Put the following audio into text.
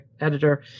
editor